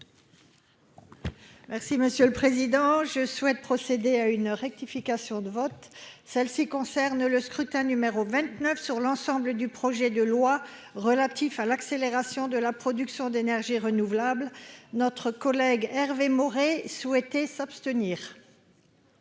Merci monsieur le président je souhaite procéder à une rectification de vote celle-ci concerne le scrutin numéro 29 sur l'ensemble du projet de loi relatif à l'accélération de la production d'énergie renouvelables notre collègue Hervé Maurey souhaité s'abstenir.